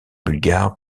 bulgare